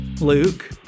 Luke